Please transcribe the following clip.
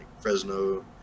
Fresno